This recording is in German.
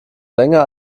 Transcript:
länger